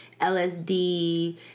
lsd